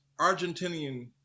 Argentinian